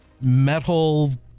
metal